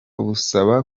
busaba